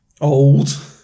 Old